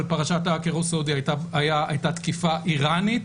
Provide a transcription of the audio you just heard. אבל פרשת ההאקר הסעודי הייתה תקיפה איראנית,